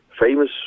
famous